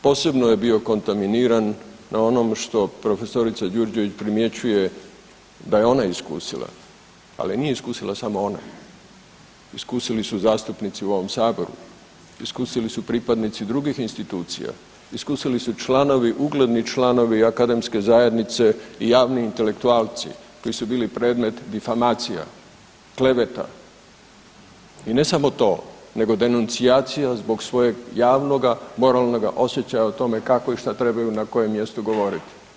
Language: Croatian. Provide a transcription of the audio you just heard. Posebno je bio kontaminiran na onom što prof. Đurđević primjećuje da je ona iskusila, ali nije iskusila samo ona, iskusili su zastupnici u ovom Saboru, iskusili su pripadnici drugih institucija, iskusili su članovi, ugledni članovi akademske zajednice i javni intelektualci koji su bili predmet difamacija, kleveta i ne samo to, nego denuncijacija zbog svojeg javnoga, moralnoga osjećaja o tome kako i šta trebaju na kojem mjestu govoriti.